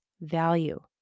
value